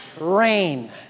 rain